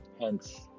hence